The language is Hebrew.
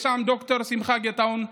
יש שם את ד"ר שמחה גטהון,